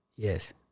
Yes